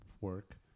work